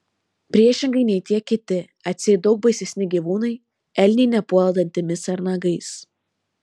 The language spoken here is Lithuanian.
priešingai nei tie kiti atseit daug baisesni gyvūnai elniai nepuola dantimis ar nagais